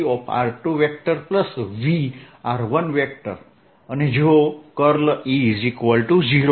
dl V2V1 Vr2V જો E0 Vr2 V 12E